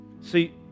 See